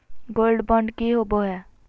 Gold bond की होबो है?